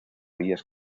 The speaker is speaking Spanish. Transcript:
vías